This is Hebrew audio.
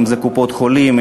אם קופות-חולים,